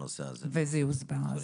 פורר העלה את זה לסדר היום ולימים זה תוקצב.